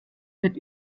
wird